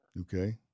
Okay